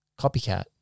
Copycat